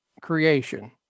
creation